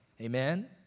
amen